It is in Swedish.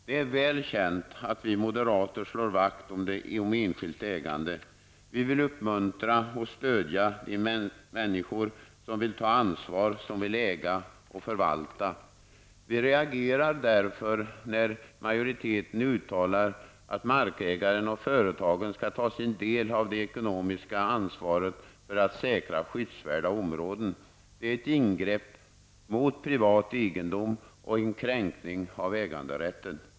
Det är väl känt att vi moderater slår vakt om enskilt ägande. Vi vill uppmuntra och stödja de människor som vill ta ansvar, som vill äga och förvalta. Vi reagerar därför när majoriteten uttalar att markägaren och företagaren skall ta sin del av det ekonomiska ansvaret för att säkra skyddsvärda områden. Det är ett ingrepp mot privat egendom och en kränkning av äganderätten.